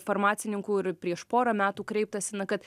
farmacininkų ir prieš porą metų kreiptasi na kad